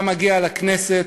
אתה מגיע לכנסת,